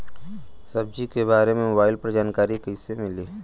सब्जी के बारे मे मोबाइल पर जानकारी कईसे मिली?